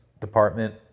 department